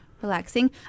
relaxing